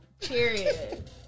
Period